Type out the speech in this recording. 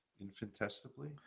Infinitesimally